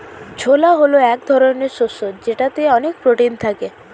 ছোলা হল এক ধরনের শস্য যেটাতে অনেক প্রোটিন থাকে